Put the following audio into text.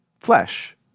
flesh